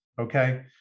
Okay